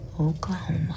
Oklahoma